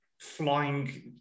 flying